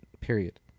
period